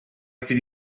could